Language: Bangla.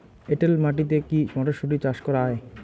এটেল মাটিতে কী মটরশুটি চাষ করা য়ায়?